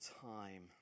time